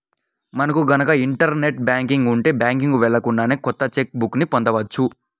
మనకు గనక internet banking ఉంటే బ్యాంకుకి వెళ్ళకుండానే కొత్త చెక్ బుక్ ని పొందవచ్చు